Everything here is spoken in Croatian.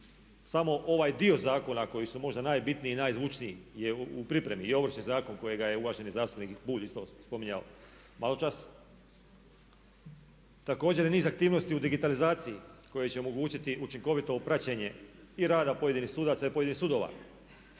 samo jedan dio zakona koji su možda najbitniji i najzvučniji. U pripremi je i Ovršni zakon kojega je uvaženi zastupnik Bulj isto spominjao maločas. Također je niz aktivnosti u digitalizaciji koji će omogućiti učinkovito praćenje i rada pojedinih sudaca i pojedinih sudova.